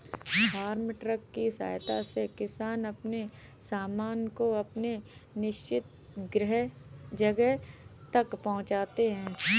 farm truck की सहायता से किसान अपने सामान को अपने निश्चित जगह तक पहुंचाते हैं